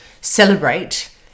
celebrate